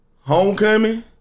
Homecoming